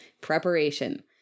Preparation